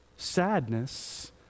sadness